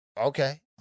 okay